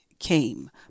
came